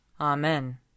Amen